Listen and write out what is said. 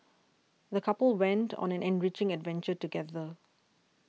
the couple went to on an enriching adventure together